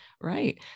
Right